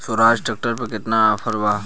सोहराज tractor पर केतना offer बा?